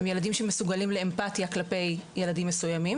הם ילדים שמסוגלים לאמפתיה כלפי ילדים מסוימים,